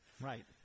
Right